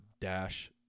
dash